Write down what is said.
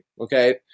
okay